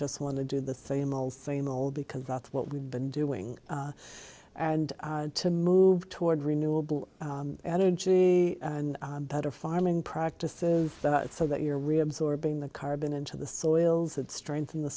just want to do the same old same old because that's what we've been doing and to move toward renewable energy and better farming practices so that your reabsorb in the carbon into the soils that strengthen the